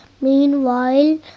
Meanwhile